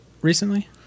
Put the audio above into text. recently